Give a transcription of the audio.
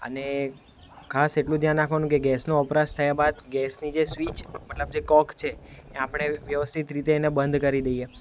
અને ખાસ એટલું ધ્યાન રાખવાનું કે ગેસનો વપરાશ થયા બાદ ગેસની જે સ્વીચ મતલબ જે કોક છે એ આપણે વ્યવસ્થિત રીતે એને બંધ કરી દઈએ